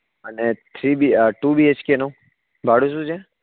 અને three B two B H કેનું ભાડું શું છે